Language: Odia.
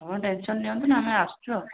ଆପଣ ଟେନସନ୍ ନିଅନ୍ତୁନି ଆମେ ଆସୁଛୁ ଆଉ